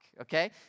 okay